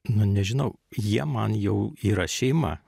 nu nežinau jie man jau yra šeima